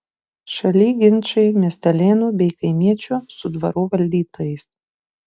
šaly ginčai miestelėnų bei kaimiečių su dvarų valdytojais